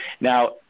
Now